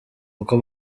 uko